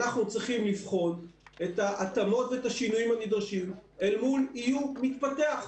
אנחנו צריכים לבחון את ההתאמות ואת השינויים הנדרשים אל מול איום מתפתח.